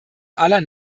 aller